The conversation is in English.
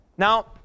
Now